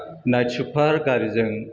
night सुपार गारिजों